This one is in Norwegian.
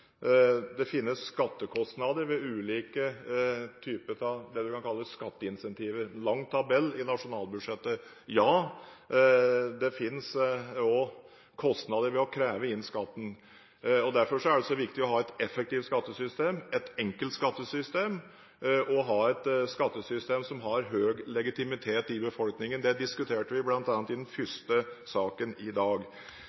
det finnes skattekostnader ved ulike typer – det man kan kalle – skatteincentiver, en lang tabell i nasjonalbudsjettet. Ja, det finnes også kostnader ved å kreve inn skatten. Derfor er det så viktig å ha et effektivt skattesystem, et enkelt skattesystem, et skattesystem som har høy legitimitet i befolkningen. Det diskuterte vi bl.a. i den